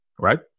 right